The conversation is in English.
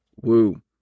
Woo